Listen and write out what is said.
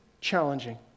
challenging